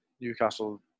Newcastle